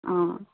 অঁ